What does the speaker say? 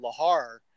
lahar